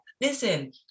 Listen